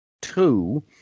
Two